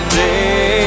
day